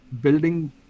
building